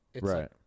Right